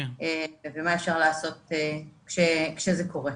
ומה אפשר לעשות כשזה קורה.